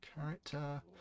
character